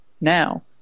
now